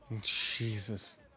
Jesus